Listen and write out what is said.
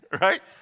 right